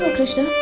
krishna.